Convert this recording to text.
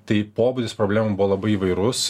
tai pobūdis problemų buvo labai įvairus